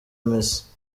messi